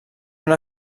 una